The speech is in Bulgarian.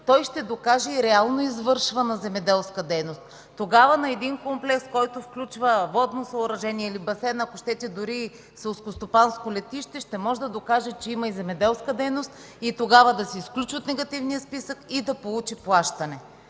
той ще докаже и реално извършвана земеделска дейност. Тогава на един комплекс, който включва водно съоръжение или басейн, ако щете, дори и селскостопанско летище, ще може да докаже, че има и земеделска дейност и тогава да се изключи от Негативния списък и да получи плащане.